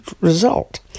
result